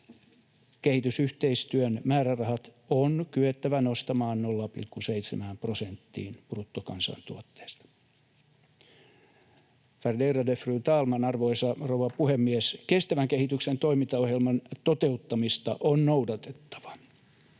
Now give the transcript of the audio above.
Kehitysyhteistyön määrärahat on kyettävä nostamaan 0,7 prosenttiin bruttokansantuotteesta. Värderade fru talman, arvoisa rouva puhemies! Kestävän kehityksen toimintaohjelman toteuttamista on nopeutettava.